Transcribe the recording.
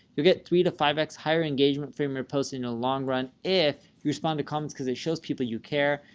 you'll get three to five x higher engagement from your post in the long run. if you respond to comments because it shows people you care.